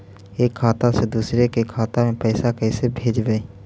एक खाता से दुसर के खाता में पैसा कैसे भेजबइ?